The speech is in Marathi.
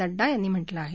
नड्डा यांनी म्हटलं आहे